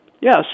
Yes